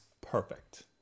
perfect